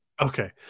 Okay